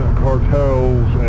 cartels